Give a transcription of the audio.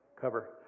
cover